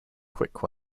quick